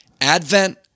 Advent